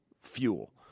fuel